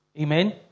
Amen